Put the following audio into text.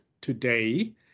today